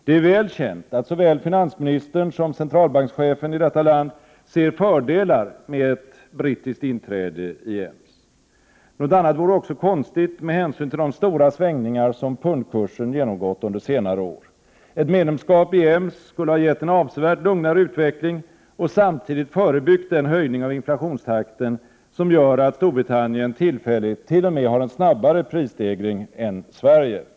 Det är väl känt att såväl finansministern som centralbankschefen i detta land ser fördelar med ett brittiskt inträde i EMS. Något annat vore också konstigt med hänsyn till de stora svängningar som pundkursen har genomgått under senare år. Medlemskap i EMS skulle ha gett en avsevärt lugnare utveckling och samtidigt ha förebyggt den höjning av inflationstakten som gör att Storbritannien tillfälligt t.o.m. har en snabbare prisstegring än Sverige.